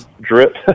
drip